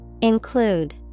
Include